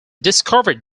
discovered